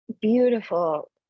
Beautiful